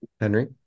Henry